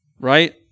right